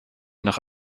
nach